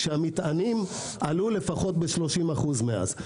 כשהמטענים עלו לפחות ב-30% מאז.